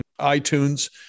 iTunes